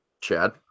Chad